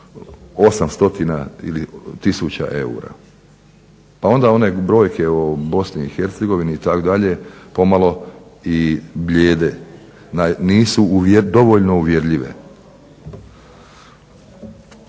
800 tisuća eura. Pa onda one brojke o BiH itd. pomalo i blijede. Nisu dovoljno uvjerljive.